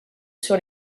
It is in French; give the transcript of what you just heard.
sur